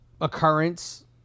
occurrence